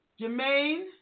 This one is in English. Jermaine